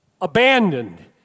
abandoned